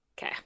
Okay